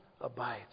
abides